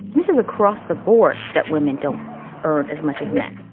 this is across the board that women don't earn as much as men.